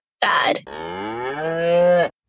bad